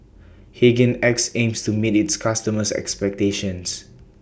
Hygin X aims to meet its customers' expectations